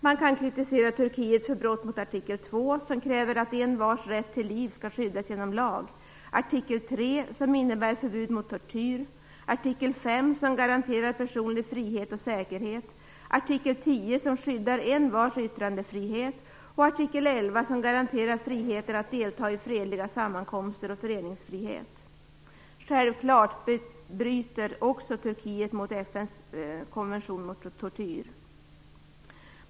Man kan kritisera Turkiet för brott mot artikel 2, som kräver att envars rätt till liv skall skyddas genom lag; artikel 3, som innebär förbud mot tortyr; artikel 5, som garanterar personlig frihet och säkerhet; artikel 10, som skyddar envars yttrandefrihet; och artikel 11, som garanterar friheten att delta i fredliga sammankomster samt föreningsfrihet. Självklart bryter också Turkiet mot FN:s konvention om tortyr.